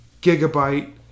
Gigabyte